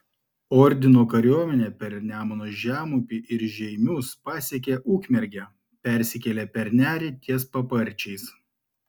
ordino kariuomenė per nemuno žemupį ir žeimius pasiekė ukmergę persikėlė per nerį ties paparčiais